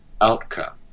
outcome